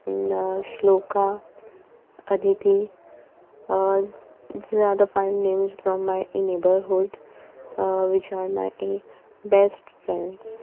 shloka Aditi these are the fave names from my neighbourhood which are my a best friends